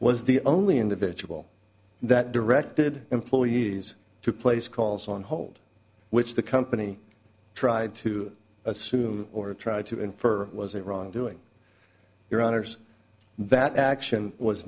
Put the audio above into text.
was the only individual that directed employees to place calls on hold which the company tried to assume or tried to infer was a wrongdoing your honour's that action was